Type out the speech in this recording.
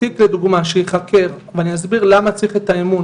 תיק לדוגמה שייחקר ואני אסביר למה צריך את האמון,